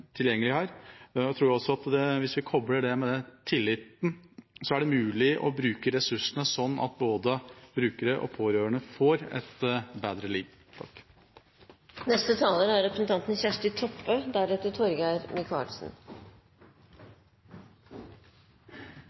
tilgjengelig her. Jeg tror også at hvis vi kobler det med tillit, er det mulig å bruke ressursene sånn at både brukere og pårørende får et bedre liv. Først takk til representanten